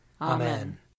Amen